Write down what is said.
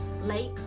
lake